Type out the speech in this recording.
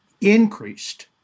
increased